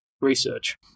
research